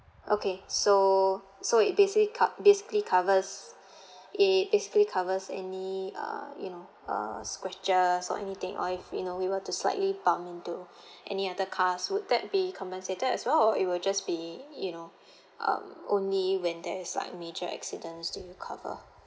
okay so so it basically co~ basically covers it basically covers any uh you know uh scratches or anything or if you know we were to slightly bump into any other cars would that be compensated as well or it will just be you know um only when there is like major accidents do you cover